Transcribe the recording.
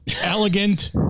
elegant